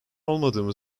olmadığımı